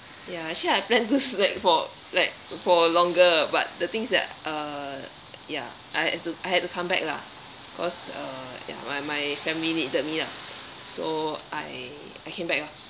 ya actually I planned this like for like for longer but the things that uh ya I had to I had to come back lah cause uh ya my my family needed me lah so I I came back lah